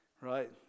Right